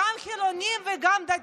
מסורתיים, חילונים, ציונות דתית,